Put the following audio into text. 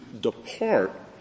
depart